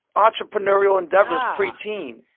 entrepreneurial endeavors preteen?